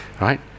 right